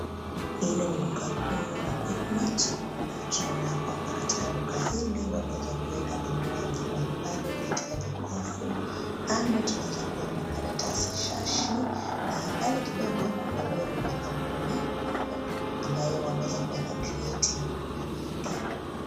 Hili ni duka kuu la QuickMart , na tunaona ya kwamba katika duka hili wameweza kuweka vinywaji mbalimbali katika jokofu. Kando tunaweza kuona karatasi shashi, na mbali kidogo kuna lori la kampuni, hiyo, ambayo wameweza kuweka kreti ndani yake.